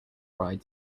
bride